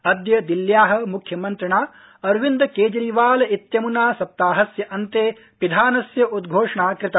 अद्य दिल्ल्या मुख्यमन्त्रिणा अरविन्द केजरीवाल इत्यमुना सप्ताहस्य अन्ते पिधानस्य उद्घोषणा कृता